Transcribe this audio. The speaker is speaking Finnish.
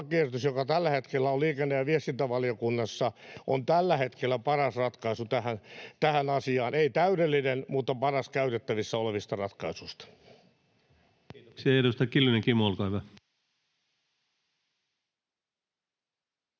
lakiesitys, joka tällä hetkellä on liikenne‑ ja viestintävaliokunnassa, on tällä hetkellä paras ratkaisu tähän asiaan, ei täydellinen, mutta paras käytettävissä olevista ratkaisuista. [Speech 234] Speaker: